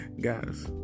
Guys